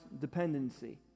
dependency